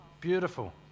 Beautiful